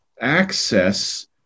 access